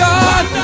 God